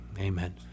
Amen